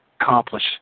accomplish